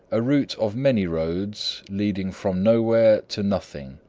a route of many roads leading from nowhere to nothing.